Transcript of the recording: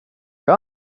jag